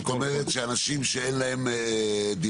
אז זאת אומרת שאנשים שאין להם דירה,